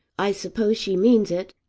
i suppose she means it?